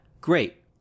Great